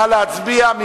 נא להצביע.